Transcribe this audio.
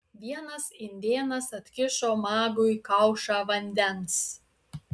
vienas indėnas atkišo magui kaušą vandens